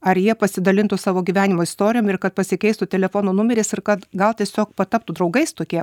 ar jie pasidalintų savo gyvenimo istorijom ir kad pasikeistų telefono numeriais ir kad gal tiesiog pataptų draugais tokie